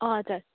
हजुर